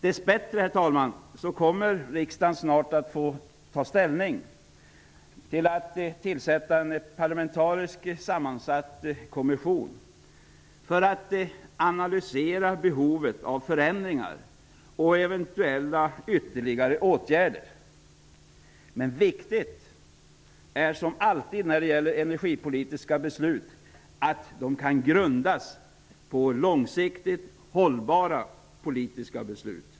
Dess bättre kommer riksdagen snart att få ta ställning till tillsättandet av en parlamentariskt sammansatt kommission som skall analysera behovet av förändringar och eventuella ytterligare åtgärder. Men viktigt är som alltid när det gäller energipolitiska beslut att de kan grundas på långsiktigt hållbara politiska beslut.